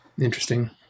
Interesting